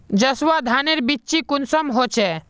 जसवा धानेर बिच्ची कुंसम होचए?